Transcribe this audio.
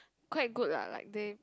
quite good lah like they